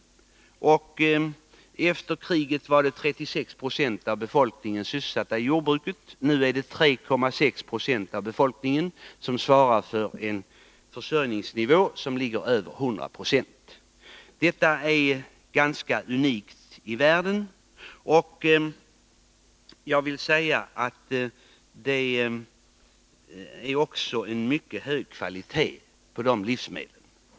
Efter kriget var 36 20 av befolkningen sysselsatt i jordbruket. Nu är det 3,6 96 av befolkningen som svarar för en försörjningsnivå som ligger över 100 26. Detta är ganska unikt i världen. Det är också en mycket hög kvalitet på de livsmedel som vi producerar.